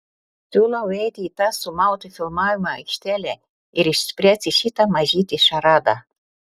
siūlau eiti į tą sumautą filmavimo aikštelę ir išspręsti šitą mažytę šaradą